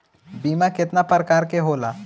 बीमा केतना प्रकार के होला?